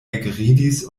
ekridis